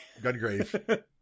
Gungrave